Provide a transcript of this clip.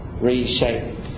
reshape